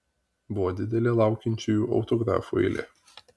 buvo didelė laukiančiųjų autografų eilė